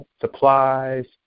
supplies